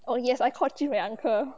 oh yes I called jun wei uncle